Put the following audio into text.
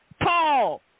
Paul